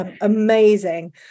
amazing